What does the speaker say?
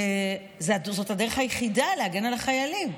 זאת הדרך היחידה להגן על החיילים.